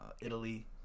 Italy